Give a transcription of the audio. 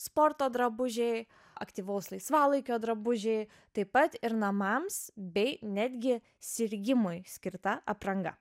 sporto drabužiai aktyvaus laisvalaikio drabužiai taip pat ir namams bei netgi sirgimui skirta apranga